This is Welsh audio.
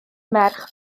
merch